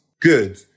Good